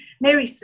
Mary